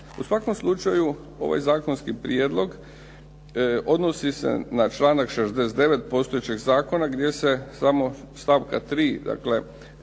U svakom slučaju ovaj zakonski prijedlog odnosi se na članak 69. postojećeg zakona gdje se samo stavka 3. dakle